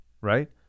Right